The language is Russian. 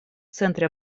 центре